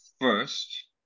first